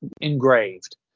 engraved